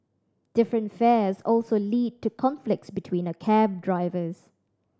different fares also lead to conflicts between a cab drivers